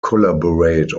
collaborate